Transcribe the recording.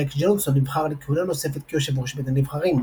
מייק ג'ונסון נבחר לכהונה נוספת כיושב ראש בית הנבחרים.